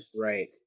Right